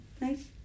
Nice